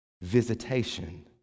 visitation